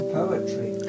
poetry